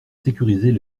sécuriser